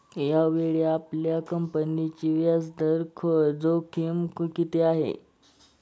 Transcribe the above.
यावेळी आपल्या कंपनीची व्याजदर जोखीम किती आहे?